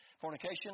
Fornication